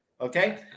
Okay